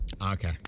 okay